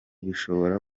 bishobora